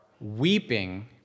weeping